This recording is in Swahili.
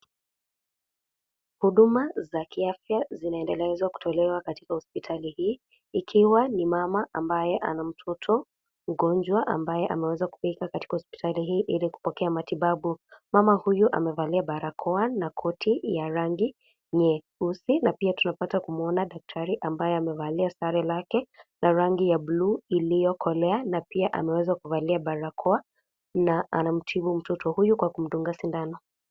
Huduma za kiafya zinaendelezwa kutolewa katika hospitali hii. Ikiwa ni mama ambaye ana mtoto mgonjwa ambaye ameweza kufika katika hospitali hii ili kupokea matibabu. Mama huyu amevalia barakoa na koti ya rangi nyeusi, na pia tunapata kumwona daktari ambaye amevalia sare lake la rangi ya bluu iliyokolea na pia ameweza kuvalia barakoa na anamtibu mtoto huyu kwa kumdunga sindano.